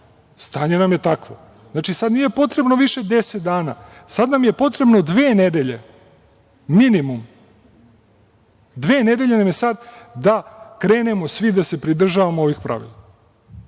stanje nam je takvo, znači sad nije potrebno više deset dana, sada nam je potrebno dve nedelje minimum da krenemo svi da se pridržavamo ovih pravila. Što